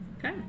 Okay